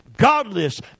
Godless